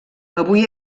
avui